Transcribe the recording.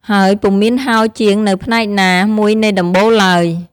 ហើយពុំមានហោជាងនៅផ្នែកណា មួយនៃដំបូលឡើយ។